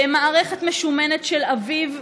במערכת משומנת של אביו,